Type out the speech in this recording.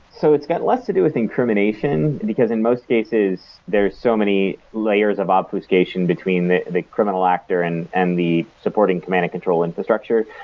so it's got less to do with incrimination, because in most cases there are so many layers of obfuscation between the the criminal actor and and the supporting command and control infrastructure.